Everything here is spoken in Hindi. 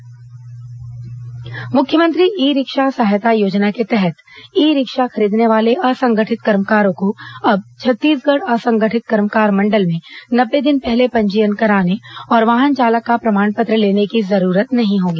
ई रिक्शा पंजीयन मुख्यमंत्री ई रिक्शा सहायता योजना के तहत ई रिक्शा खरीदने वाले असंगठित कर्मकारों को अब छत्तीसगढ़ असंगठित कर्मकार मंडल में नब्बे दिन पहले पंजीयन कराने और वाहन चालक का प्रमाण पत्र लेने की जरूरत नहीं होगी